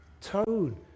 tone